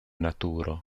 naturo